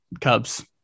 Cubs